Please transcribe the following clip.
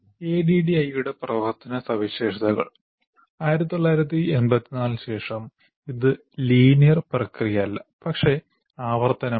ADDIE യുടെ പ്രധാന സവിശേഷതകൾ 1984 ന് ശേഷം ഇത് ലീനിയർ പ്രക്രിയയല്ല പക്ഷേ ആവർത്തനമാണ്